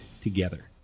together